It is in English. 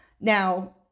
Now